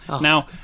Now